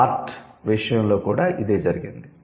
'art' విషయంలో కూడా అదే జరిగింది